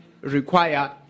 require